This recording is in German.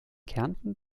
kärnten